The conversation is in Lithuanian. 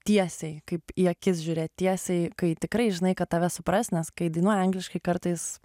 tiesiai kaip į akis žiūrėt tiesiai kai tikrai žinai kad tave supras nes kai dainuoji angliškai kartais